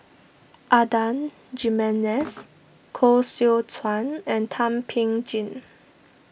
Adan Jimenez Koh Seow Chuan and Thum Ping Tjin